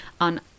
on